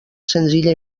senzilla